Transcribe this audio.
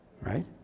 right